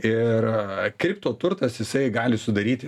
ir kriptoturtas jisai gali sudaryti